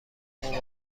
مبارک